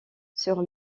sur